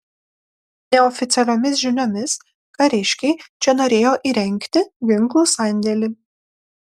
neoficialiomis žiniomis kariškiai čia norėjo įrengti ginklų sandėlį